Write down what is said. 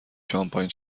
شامپاین